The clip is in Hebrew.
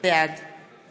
בעד